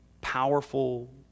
powerful